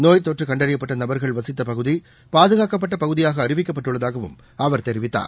நோய்த்தொற்று கண்டறியப்பட்ட நபர்கள் வசித்த பகுதி பாதுகாக்கப்பட்ட பகுதியாக அறிவிக்கப்பட்டுள்ளதாகவும் அவர் தெரிவித்தார்